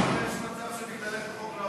זהבה, יש מצב שאת נתת לביבי עוד קדנציה.